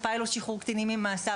את פיילוט שחרור הקטינים ממאסר.